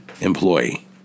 employee